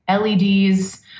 LEDs